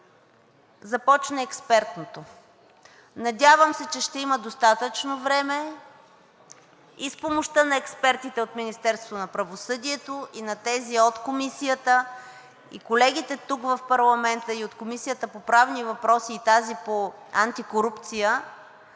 започне експертното. Надявам се, че ще има достатъчно време и с помощта на експертите от Министерството на правосъдието, и на тези от Комисията, и колегите тук в парламента, и от Комисията по правни въпроси, и тази по антикорупция,